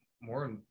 more